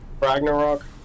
Ragnarok